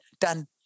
Done